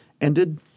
ended